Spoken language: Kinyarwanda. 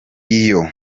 iyo